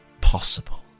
possible